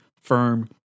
firm